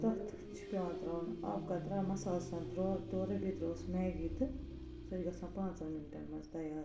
تتھ چھِ پیٚوان تراوُن آبہٕ قطرہ مصالہٕ چھِ آسان تورے بیٚیہ تراوہوس میگی تہٕ سۄ چھِ گژھان پانٛژھن مِنٹن منز تیار